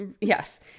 Yes